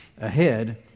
ahead